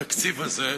בתקציב הזה,